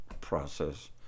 process